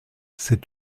c’est